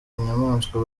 inyamaswa